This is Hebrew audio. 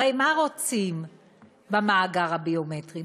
הרי מה רוצים במאגר הביומטרי?